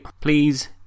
please